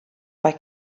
bei